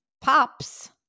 Pops